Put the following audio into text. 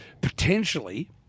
potentially